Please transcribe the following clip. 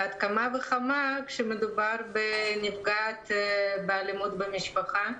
ועוד כמה וכמה כשמדובר בנפגעת באלימות במשפחה.